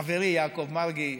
חברי יעקב מרגי,